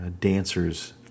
dancers